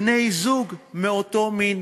בני-זוג מאותו מין.